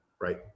Right